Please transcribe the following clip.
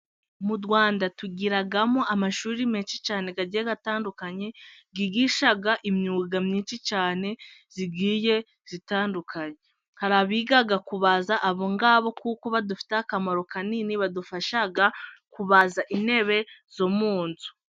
Mu Rwanda tugiramo amashuri menshi cyane agiye atandukanye ygiishaga imyuga myinshi cyane igiye itandukanye. Hari abiga kubaza abo ngabo kuko badufitiye akamaro kanini, badufasha kubaza intebe zo mu nzu.